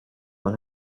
one